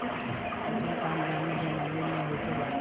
अइसन काम जाने अनजाने मे होखेला